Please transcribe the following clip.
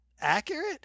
accurate